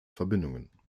verbindungen